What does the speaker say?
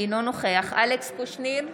אינו נוכח אלכס קושניר,